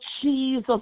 Jesus